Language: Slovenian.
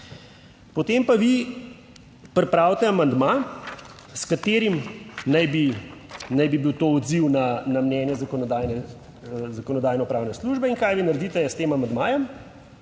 Potem pa vi pripravite amandma s katerim naj bi, naj bi bil to odziv na mnenje Zakonodajno-pravne službe. In kaj vi naredite s tem amandmajem?